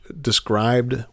described